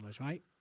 right